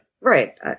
right